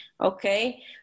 okay